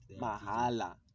Mahala